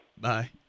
Bye